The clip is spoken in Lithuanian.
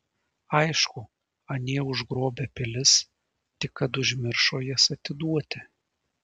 aišku anie užgrobę pilis tik kad užmiršo jas atiduoti